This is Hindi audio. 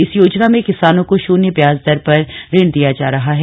इस योजना में किसानों को शून्य ब्याज दर पर ऋण दिया जा रहा है